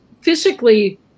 physically